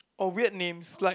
or weird names like